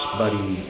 buddy